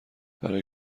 برای